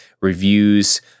reviews